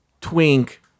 twink